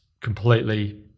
completely